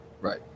right